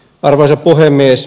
arvoisa puhemies